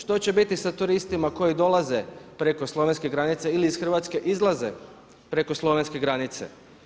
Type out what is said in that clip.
Što će biti sa turistima koji dolaze preko slovenske granice ili iz Hrvatske izlaze preko slovenske granice?